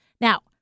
Now